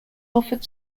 offered